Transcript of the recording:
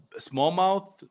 smallmouth